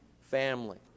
family